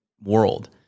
world